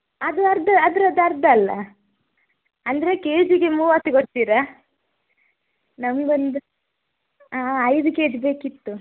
ಅದು ಅರ್ಧ ಅದ್ರದ್ದು ಅರ್ಧ ಅಲ್ಲ ಅಂದರೆ ಕೇಜಿಗೆ ಮೂವತ್ತು ಕೊಡ್ತೀರಾ ನಮ್ಗೊಂದು ಐದು ಕೇಜಿ ಬೇಕಿತ್ತು